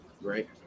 right